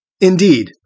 Indeed